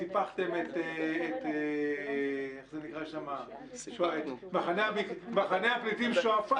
חוק שימנע מככה וככה אנשים להיכנס למדינת ישראל,